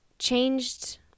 changed